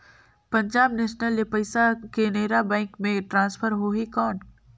Punjab national ले पइसा Canara bank मे ट्रांसफर होहि कौन?